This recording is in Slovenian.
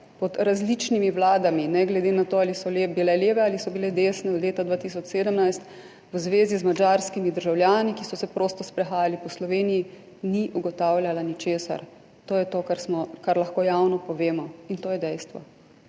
pod različnimi vladami, ne glede na to, ali so bile leve ali so bile desne, od leta 2017 v zvezi z madžarskimi državljani, ki so se prosto sprehajali po Sloveniji, ni ugotavljala ničesar. To je to, kar lahko javno povemo, in to je dejstvo.